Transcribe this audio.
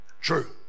true